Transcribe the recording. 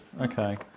Okay